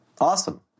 Awesome